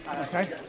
Okay